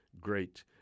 great